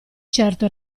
certo